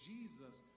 Jesus